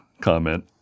comment